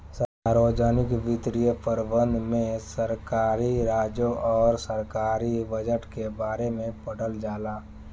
सार्वजनिक वित्तीय प्रबंधन में सरकारी राजस्व अउर सरकारी बजट के बारे में पढ़ल जाला